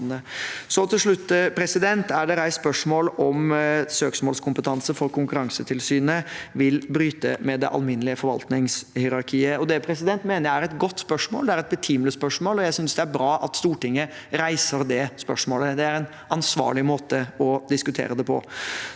Til slutt: Det er reist spørsmål om søksmålskompetanse for Konkurransetilsynet vil bryte med det alminnelige forvaltningshierarkiet. Det mener jeg er et godt spørsmål, det er et betimelig spørsmål, og jeg synes det er bra at Stortinget reiser det spørsmålet. Det er en ansvarlig måte å diskutere det på.